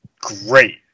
great